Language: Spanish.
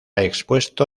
expuesto